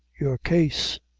your case,